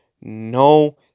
no